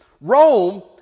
Rome